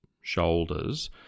shoulders